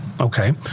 Okay